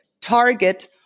target